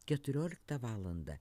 keturioliktą valandą